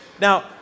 Now